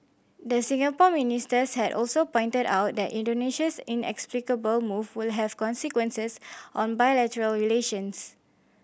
the Singapore ministers had also pointed out that Indonesia's inexplicable move will have consequences on bilateral relations